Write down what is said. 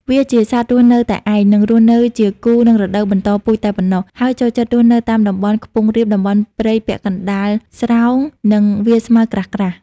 វាជាសត្វរស់នៅតែឯង និងរស់នៅជាគូនៅរដូវបន្តពូជតែប៉ុណ្ណោះ ហើយចូលចិត្តរស់នៅតាមតំបន់ខ្ពង់រាប តំបន់ព្រៃពាក់កណ្តាលស្រោង និងវាលស្មៅក្រាស់ៗ។